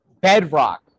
bedrock